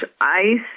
ice